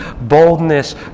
boldness